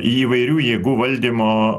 įvairių jėgų valdymo